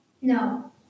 No